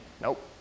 Nope